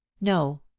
No